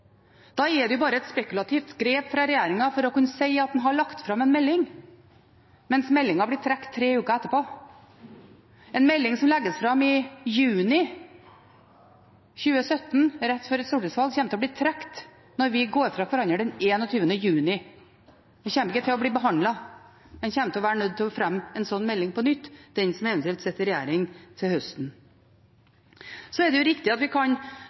Da er det bare et spekulativt grep fra regjeringen for å kunne si at en har lagt fram en melding, mens meldingen blir trukket tre uker etterpå. En melding som legges fram i juni 2017, rett før et stortingsvalg, kommer til å bli trukket når vi går fra hverandre den 21. juni. Den kommer ikke til å bli behandlet. En kommer til å være nødt til å fremme en slik melding på nytt, den som eventuelt sitter i regjering til høsten. Så er det riktig at vi kan